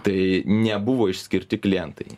tai nebuvo išskirti klientai